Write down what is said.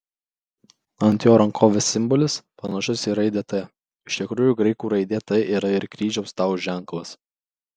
ant jo rankovės simbolis panašus į raidę t iš tikrųjų graikų raidė t yra ir kryžiaus tau ženklas